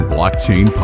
Blockchain